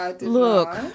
look